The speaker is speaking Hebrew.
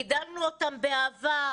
גידלנו אותם באהבה,